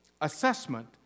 assessment